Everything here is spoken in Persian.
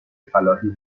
فلاحی